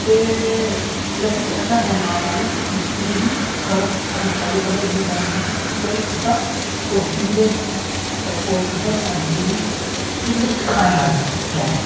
ते उ'नें आखेआ तूं अच्छा कैमरा मेन ऐ तूं इस चीज दी कर अगर फालो करना इ'यां कर इ'यां कर ते में कीता ओह् उसी ते ओह् फालो कीता ते अज्ज उ'नें मी केह् कीता सखाया मिगी कैमरा